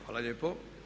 Hvala lijepo.